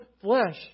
flesh